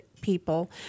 people